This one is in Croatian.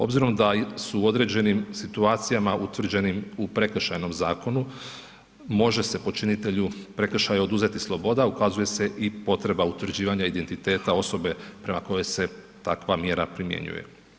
Obzirom da su određenim situacijama utvrđenim u Prekršajnom zakonu, može se počinitelju prekršaja oduzeti sloboda, ukazuje se i potreba utvrđivanja identiteta osobe prema kojoj se takva mjera primjenjuje.